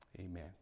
Amen